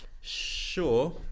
Sure